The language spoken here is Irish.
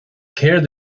céard